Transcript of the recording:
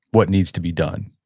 what needs to be done?